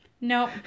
no